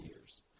years